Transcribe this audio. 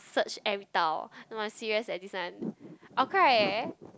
search every tile no i'm serious eh this one I'll cry eh